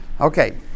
Okay